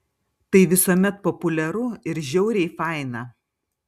tai visuomet populiaru ir žiauriai faina